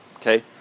okay